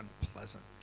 unpleasant